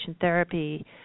therapy